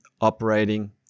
operating